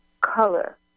color